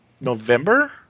November